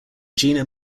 gina